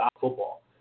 football